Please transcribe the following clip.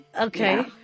okay